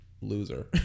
loser